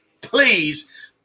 Please